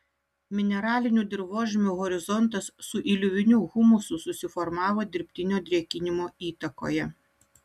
mineralinių dirvožemių horizontas su iliuviniu humusu susiformavo dirbtinio drėkinimo įtakoje